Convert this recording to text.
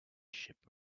ship